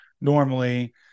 normally